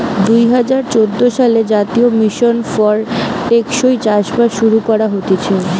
দুই হাজার চোদ্দ সালে জাতীয় মিশন ফর টেকসই চাষবাস শুরু করা হতিছে